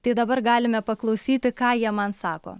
tai dabar galime paklausyti ką jie man sako